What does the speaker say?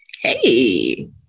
Hey